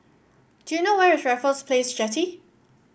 do you know where is Raffles Place Jetty